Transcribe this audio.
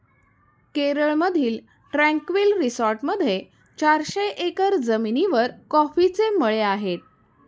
केरळमधील ट्रँक्विल रिसॉर्टमध्ये चारशे एकर जमिनीवर कॉफीचे मळे आहेत